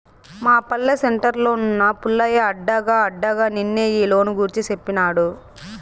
మా పల్లె సెంటర్లున్న పుల్లయ్య అడగ్గా అడగ్గా నిన్నే ఈ లోను గూర్చి సేప్పినాడు